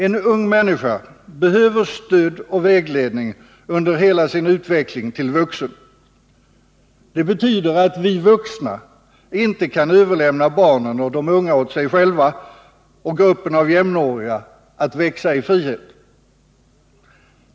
En ung människa behöver stöd och vägledning under hela sin utveckling till vuxen. Det betyder att vi vuxna inte kan överlämna barnen och de unga till sig själva och gruppen av jämnåriga för att ”växa i frihet”.